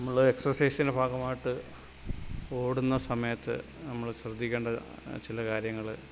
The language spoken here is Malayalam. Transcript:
നമ്മള് എക്സസൈസിൻ്റെ ഭാഗമായിട്ട് ഓടുന്ന സമയത്ത് നമ്മള് ശ്രദ്ധിക്കേണ്ട ചില കാര്യങ്ങള്